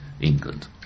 England